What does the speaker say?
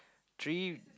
three